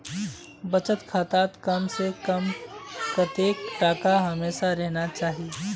बचत खातात कम से कम कतेक टका हमेशा रहना चही?